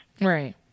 Right